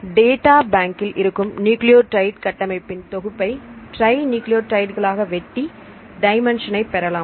data பாங்கில் இருக்கும் nucleotide கட்டமைப்பின் தொகுப்பை ட்ரை நியூக்ளியோடைடுகளாக வெட்டி டைமென்ஷன்ஐ பெறலாம்